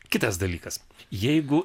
kitas dalykas jeigu